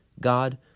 God